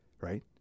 right